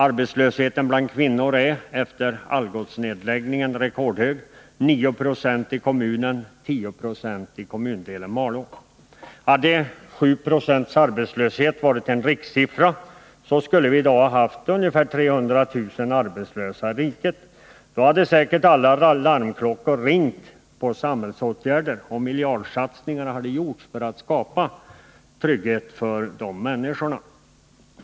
Arbetslösheten bland kvinnor är efter Algotsnedläggningen rekordhög: 9 20 i kommunen och 10 26 i kommundelen Malå. Hade 7 96 arbetslöshet varit en rikssiffra, skulle vi i dag ha haft ungefär 300 000 arbetslösa i riket. Då hade säkert alla alarmklockor ringt för att påkalla samhällsåtgärder, och miljardsatsningar skulle ha gjorts för att skapa trygghet för de arbetslösa människorna.